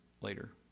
later